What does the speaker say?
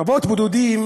חוות הבודדים